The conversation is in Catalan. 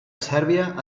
sèrbia